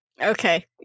Okay